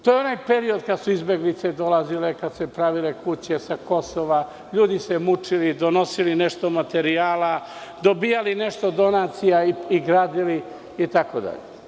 To je onaj period kada su izbeglice sa Kosova dolazile i kada su se pravile kuće, ljudi se mučili donosili nešto materijala, dobijali nešto donacija i gradili itd.